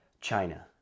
China